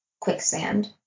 Quicksand